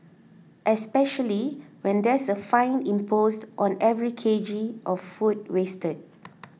especially when there's a fine imposed on every K G of food wasted